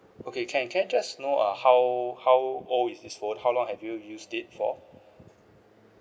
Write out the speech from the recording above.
okay can can I just know uh how how old is this phone how long have you use it for